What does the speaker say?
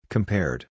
Compared